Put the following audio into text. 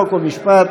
חוק ומשפט,